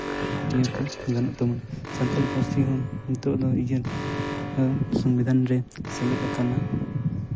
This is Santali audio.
ᱤᱭᱟᱹ ᱠᱚ ᱜᱟᱱᱚᱜ ᱛᱟᱵᱚᱱᱟ ᱥᱟᱱᱛᱟᱲᱤ ᱯᱟᱹᱨᱥᱤ ᱦᱚᱸ ᱱᱤᱛᱚᱜ ᱫᱚ ᱤᱭᱟᱹ ᱥᱚᱝᱵᱤᱫᱷᱟᱱ ᱨᱮ ᱥᱮᱞᱮᱫ ᱠᱟᱱᱟ